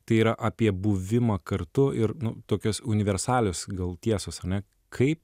tai yra apie buvimą kartu ir tokios universalios gal tiesos ar ne kaip